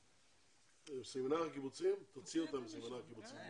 סמינר הקיבוצים, תוציא אותם מסמינר הקיבוצים.